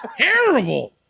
terrible